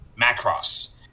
Macross